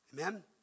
Amen